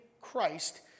Christ